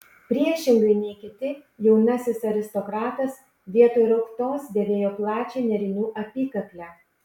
priešingai nei kiti jaunasis aristokratas vietoj rauktos dėvėjo plačią nėrinių apykaklę